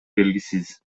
белгисиз